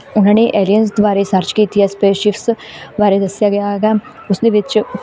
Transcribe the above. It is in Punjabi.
ਉਨ੍ਹਾਂ ਨੇ ਏਲੀਅਨਸ ਬਾਰੇ ਸਰਚ ਕੀਤੀ ਹੈ ਸਪੇਸ਼ਿਪਸ ਬਾਰੇ ਦੱਸਿਆ ਗਿਆ ਹੈਗਾ ਉਸ ਦੇ ਵਿੱਚ